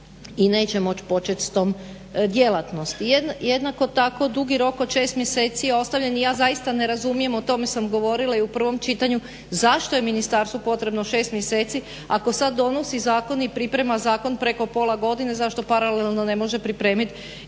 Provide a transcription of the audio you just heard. i neće moći početi s tom djelatnosti. Jednako tako dugi rok od 6 mjeseci je ostavljen i ja zaista ne razumijem, o tome sam govorila i u prvom čitanju zašto je ministarstvu potrebno 6 mjeseci ako sad donosi zakon i priprema zakon preko pola godine zašto paralelno ne može pripremiti